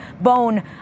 bone